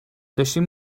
داشتیم